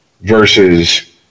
versus